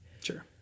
Sure